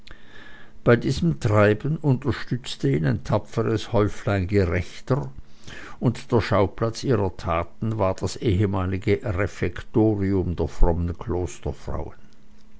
bei diesem treiben unterstützte ihn ein tapferes häuflein gerechter und der schauplatz ihrer taten war das ehemalige refektorium der frommen